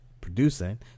producing